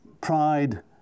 Pride